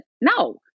no